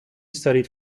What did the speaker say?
studied